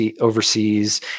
overseas